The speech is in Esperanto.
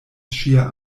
ŝia